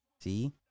see